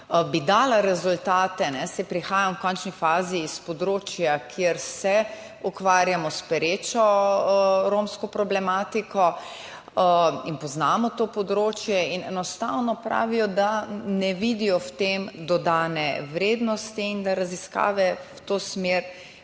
dala rezultate, saj v končni fazi prihajam s področja, kjer se ukvarjamo s perečo romsko problematiko in poznamo to področje. Enostavno pravijo, da ne vidijo v tem dodane vrednosti in da raziskav v tej smeri